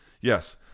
Yes